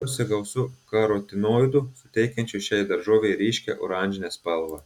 morkose gausu karotinoidų suteikiančių šiai daržovei ryškią oranžinę spalvą